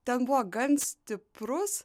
ten buvo gan stiprus